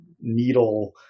needle